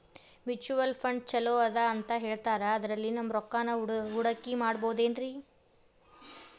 Mutual fund ಛಲೋ ಅದಾ ಅಂತಾ ಹೇಳ್ತಾರ ಅದ್ರಲ್ಲಿ ನಮ್ ರೊಕ್ಕನಾ ಹೂಡಕಿ ಮಾಡಬೋದೇನ್ರಿ?